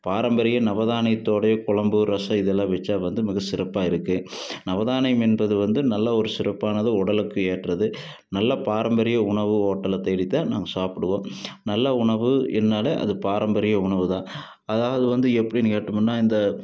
பாரம்பரிய நவதானியத்தோடையே குழம்பு ரசம் இதெல்லாம் வச்சா வந்து மிக சிறப்பாக இருக்கு நவதானியம் என்பது வந்து நல்ல ஒரு சிறப்பானது உடலுக்கு ஏற்றது நல்ல பாரம்பரிய உணவு ஹோட்டலை தேடி தான் நாங்கள் சாப்பிடுவோம் நல்ல உணவு என்னாலே அது பாரம்பரிய உணவு தான் அதாவது வந்து எப்படின்னு கேட்டமுன்னா இந்த